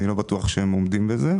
אני לא בטוח שהם עומדים בזה.